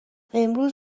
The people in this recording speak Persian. امروز